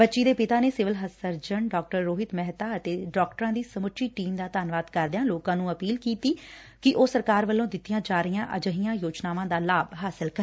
ਬੱਚੀ ਦੇ ਪਿਤਾ ਨੇ ਸਿਵਲ ਸਰਜਨ ਡਾ ਰੋਹਿਤ ਮਹਿਤਾ ਅਤੇ ਡਾਕਟਰਾਂ ਦੀ ਸਮੁੱਚੀ ਟੀਮ ਦਾ ਧੰਨਵਾਦ ਕਰਦਿਆ ਲੋਕਾਂ ਨੂੰ ਅਪੀਲ ਕੀਤੀ ਕਿ ਉਹ ਸਰਕਾਰ ਵੱਲੋ' ਦਿੱਤੀਆਂ ਜਾ ਰਹੀਆਂ ਅਜਿਹੀਆਂ ਯੋਜਨਾਵਾਂ ਦਾ ਲਾਭ ਪ੍ਰਾਪਤ ਕਰਨ